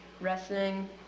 wrestling